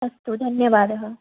अस्तु धन्यवादः